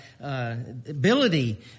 ability